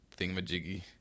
thingamajiggy